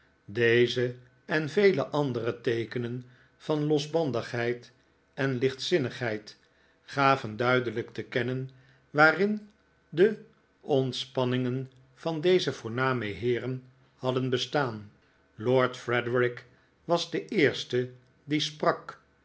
deze en vele andere teekenen van losbandigheid en lichtzinnigheid gaven duidelijk te kennen waarin de ontspanningen van deze voorname heeren hadden bestaan lord frederik was de eerste die sprak